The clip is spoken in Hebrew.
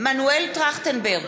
מנואל טרכטנברג,